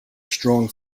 strong